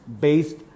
based